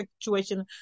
situation